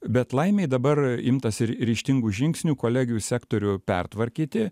bet laimei dabar imtasi ryžtingų žingsnių kolegijų sektorių pertvarkyti